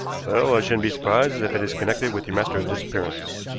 well, i shouldn't be surprised if it is connected with your master's disappearance.